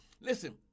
listen